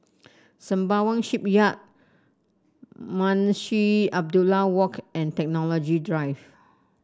Sembawang Shipyard Munshi Abdullah Walk and Technology Drive